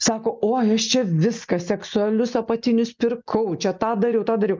sako oi aš čia viską seksualius apatinius pirkau čia tą dariau tą dariau